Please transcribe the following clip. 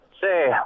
Say